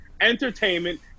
entertainment